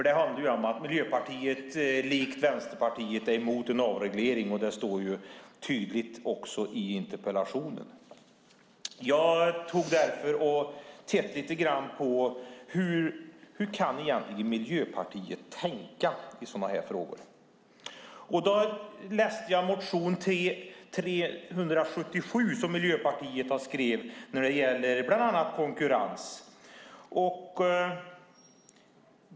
Det handlar nämligen om att Miljöpartiet likt Vänsterpartiet är emot en avreglering. Det står också tydligt i interpellationen. Jag tog därför och tittade lite grann på hur Miljöpartiet egentligen kan tänka i sådana här frågor. Jag läste motion 2010/11:T377 som Miljöpartiet har skrivit och som handlar om bland annat konkurrens.